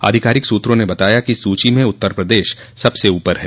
आधिकारिक सूत्रों ने बताया कि सूची में उत्तर प्रदेश सबसे ऊपर है